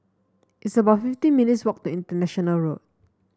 it's about fifteen minutes' walk to International Road